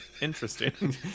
interesting